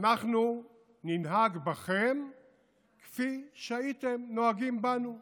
אנחנו ננהג בכם כפי שהייתם נוהגים בנו.